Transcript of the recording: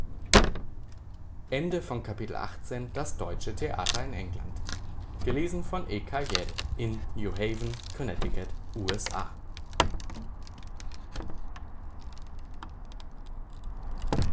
das deutsche theater in england ein